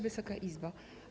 Wysoka Izbo!